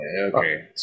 okay